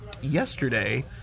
yesterday